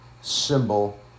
symbol